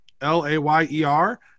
L-A-Y-E-R